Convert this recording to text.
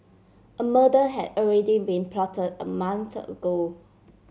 a murder had already been plot a month ago